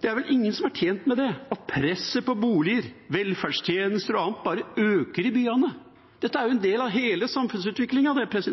Det er vel ingen som er tjent med det, at presset på boliger, velferdstjenester og annet bare øker i byene. Dette er jo en del av hele samfunnsutviklingen. Og så